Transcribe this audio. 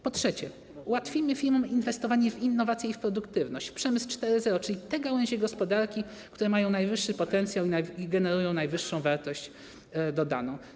Po trzecie, ułatwimy firmom inwestowanie w innowacje i produktywność, w przemysł 4.0, czyli w te gałęzie gospodarki, które mają najwyższy potencjał i generują najwyższą wartość dodaną.